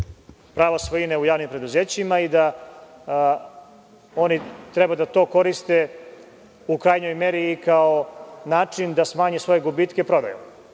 pravo svojine u javnim preduzećima i da oni treba da to koriste u krajnjoj meri kao način da smanje svoje gubitke prodajom.